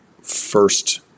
first